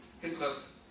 Hitler's